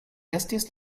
estis